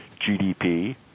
GDP